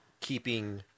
keeping –